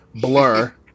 blur